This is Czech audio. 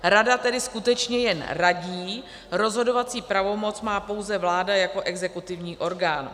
Rada tedy skutečně jen radí, rozhodovací pravomoc má pouze vláda jako exekutivní orgán.